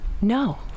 No